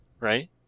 right